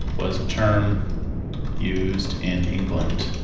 was a term used in england